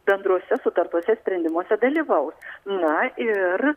bendruose sutartuose sprendimuose dalyvaus na ir